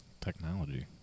Technology